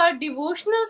devotional